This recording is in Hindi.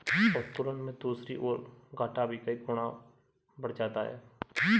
उत्तोलन में दूसरी ओर, घाटा भी कई गुना बढ़ जाता है